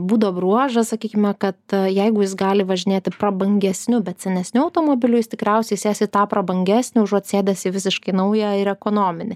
būdo bruožą sakykime kad jeigu jis gali važinėti prabangesniu bet senesniu automobiliu jis tikriausiai sės į tą prabangesnį užuot sėdęs į visiškai naują ir ekonominį